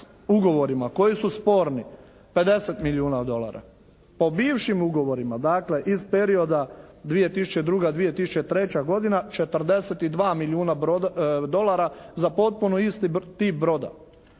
ugovorima koji su sporni, 50 milijuna dolara, po bivšim ugovorima dakle, iz perioda 2002.-2003. godina 42 milijuna dolara za potpuno isti tip broda.